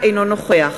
אינו נוכח